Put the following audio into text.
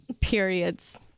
Periods